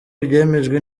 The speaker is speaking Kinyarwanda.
ibyemejwe